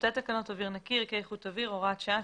טיוטת אוויר נקי (ערכי איכות אוויר)(הוראת שעה)(תיקון),